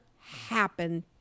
happen